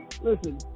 listen